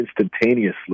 instantaneously